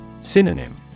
Synonym